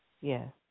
Yes